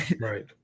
right